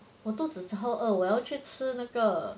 我肚子之后饿我要去吃那个